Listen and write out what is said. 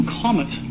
comet